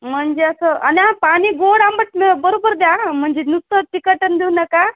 म्हणजे असं आणि हां पाणी गोड आंबट बरोबर द्या म्हणजे नुसतं तिखट न देऊ नका